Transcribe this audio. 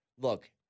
look